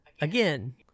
again